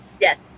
yes